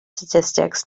statistics